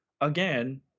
again